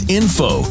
info